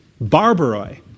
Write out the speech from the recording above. Barbaroi